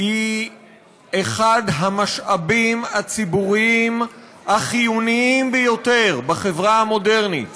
הוא אחד המשאבים הציבוריים החיוניים ביותר בחברה המודרנית,